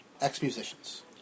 Ex-musicians